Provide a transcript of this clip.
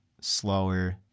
slower